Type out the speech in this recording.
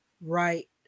Right